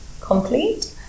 complete